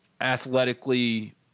athletically